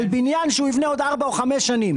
על בניין שהוא יבנה בעוד ארבע או חמש שנים.